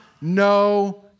no